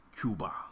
Cuba